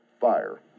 fire